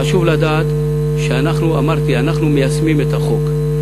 חשוב לדעת, אמרתי, שאנחנו מיישמים את החוק.